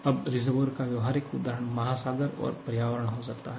अब रिसर्वोइएर का व्यावहारिक उदाहरण महासागर और पर्यावरण हो सकता है